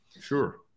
Sure